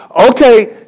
okay